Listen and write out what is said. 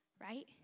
right